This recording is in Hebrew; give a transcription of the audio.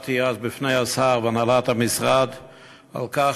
התרעתי אז בפני השר והנהלת המשרד על כך